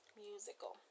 musical